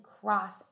cross